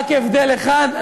רק בהבדל אחד,